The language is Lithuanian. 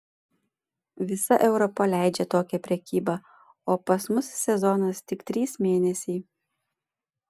visa europa leidžią tokią prekybą o pas mus sezonas tik trys mėnesiai